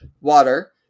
water